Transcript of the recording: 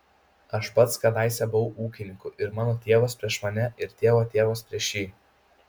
aš pats kadaise buvau ūkininku ir mano tėvas prieš mane ir tėvo tėvas prieš jį